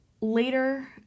later